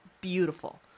beautiful